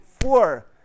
four